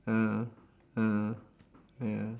ah ah ya